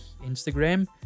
Instagram